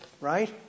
right